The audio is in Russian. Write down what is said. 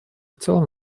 целом